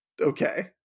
okay